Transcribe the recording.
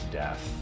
death